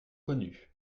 connus